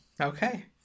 Okay